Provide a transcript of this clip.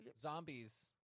Zombies